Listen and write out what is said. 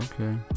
Okay